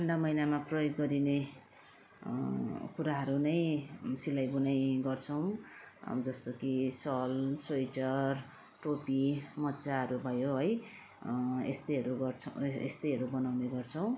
ठन्डा महिनामा प्रयोग गरिने कुराहरू नै सिलाइ बुनाइ गर्छौँ अब जस्तो कि सल स्वेटर टोपी मोजाहरू भयो है यस्तैहरू गर्छौँ यस्तैहरू बनाउने गर्छौँ